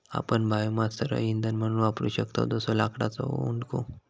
आपण बायोमास सरळ इंधन म्हणून वापरू शकतव जसो लाकडाचो ओंडको